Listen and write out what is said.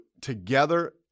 together